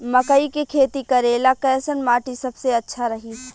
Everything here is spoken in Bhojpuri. मकई के खेती करेला कैसन माटी सबसे अच्छा रही?